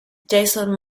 jason